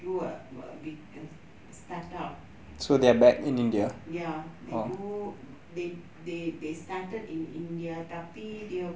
were snapped up so they're back in india ya they they they started in india